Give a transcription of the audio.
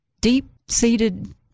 deep-seated